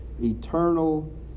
eternal